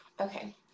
Okay